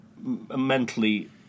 mentally